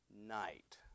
night